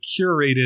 curated